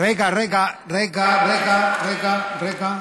רגע, רגע, רגע.